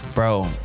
Bro